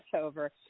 over